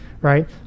Right